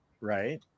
Right